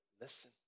Listen